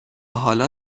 حالا